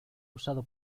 usado